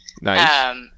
Nice